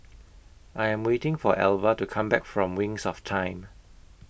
I Am waiting For Elva to Come Back from Wings of Time